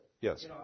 Yes